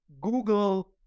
Google